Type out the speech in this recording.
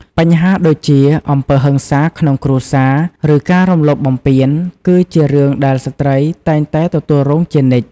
បញ្ហាដូចជា អំពើហិង្សាក្នុងគ្រួសារ ឬការរំលោភបំពាន គឺជារឿងដែលស្ត្រីតែងតែទទួលរងជានិច្ច។